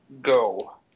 go